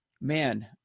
Man